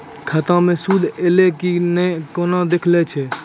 खाता मे सूद एलय की ने कोना देखय छै?